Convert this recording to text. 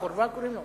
"החורבה" קוראים לו?